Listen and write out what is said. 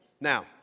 Now